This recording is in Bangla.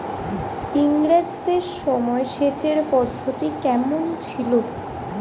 ইঙরেজদের সময় সেচের পদ্ধতি কমন ছিল?